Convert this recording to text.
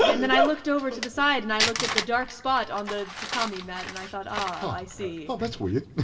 and then i looked over to the side and i looked at the dark spot on the tatami mat and i thought, oh, i see. oh that's weird.